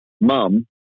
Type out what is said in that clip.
mum